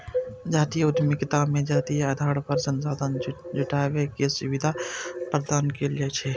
जातीय उद्यमिता मे जातीय आधार पर संसाधन जुटाबै के सुविधा प्रदान कैल जाइ छै